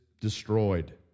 destroyed